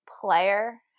player